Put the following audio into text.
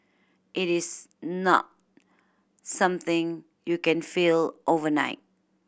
it is not something you can feel overnight